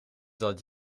dat